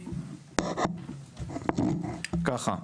ככה,